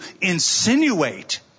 insinuate